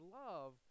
love